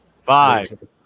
Five